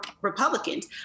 Republicans